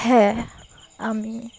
হ্যাঁ আমি